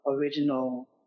original